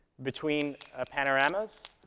between ah panoramas,